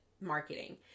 marketing